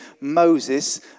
Moses